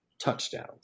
touchdowns